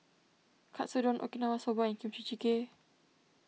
Katsudon Okinawa Soba and Kimchi Jjigae